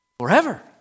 forever